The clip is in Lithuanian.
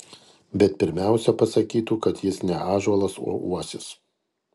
bet pirmiausia pasakytų kad jis ne ąžuolas o uosis